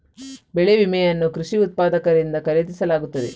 ಬೆಳೆ ವಿಮೆಯನ್ನು ಕೃಷಿ ಉತ್ಪಾದಕರಿಂದ ಖರೀದಿಸಲಾಗುತ್ತದೆ